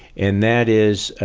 and that is,